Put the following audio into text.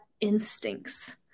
instincts